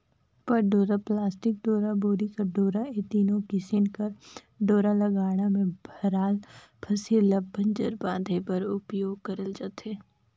पट डोरा, पलास्टिक डोरा, बोरी कर डोरा ए तीनो किसिम कर डोरा ल गाड़ा मे भराल फसिल ल बंजर बांधे बर उपियोग करल जाथे